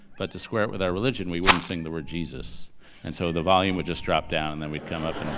but to square it with our religion, we wouldn't sing the word jesus and so the volume would just drop down and then we'd come up and.